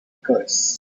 curse